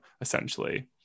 essentially